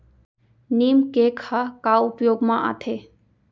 नीम cake ह का उपयोग मा आथे?